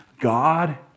God